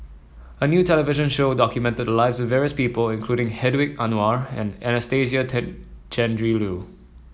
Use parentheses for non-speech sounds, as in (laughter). a new television show documented the lives of various people including Hedwig Anuar and Anastasia (unintelligible) Tjendri Liew